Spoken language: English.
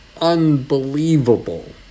unbelievable